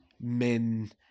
men